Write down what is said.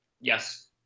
Yes